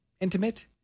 intimate